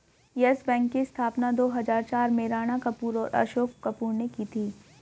yes Bank की स्थापना दो हजार चार में राणा कपूर और अशोक कपूर ने की थी